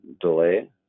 delay